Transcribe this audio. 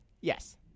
Yes